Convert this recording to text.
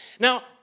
Now